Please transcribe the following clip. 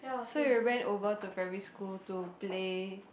so we went over to primary school to play